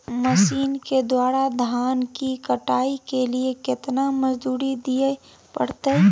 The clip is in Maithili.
मसीन के द्वारा धान की कटाइ के लिये केतना मजदूरी दिये परतय?